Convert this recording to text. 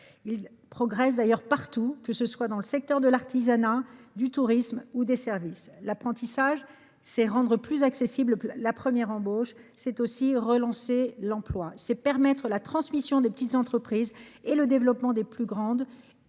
Il progresse d’ailleurs dans tous les secteurs, que ce soit dans l’artisanat, le tourisme ou les services. Développer l’apprentissage, c’est rendre plus accessible la première embauche, c’est aussi relancer l’emploi. C’est permettre la transmission des petites entreprises et le développement des plus grandes.